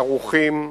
ערוכים.